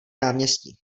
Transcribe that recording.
náměstí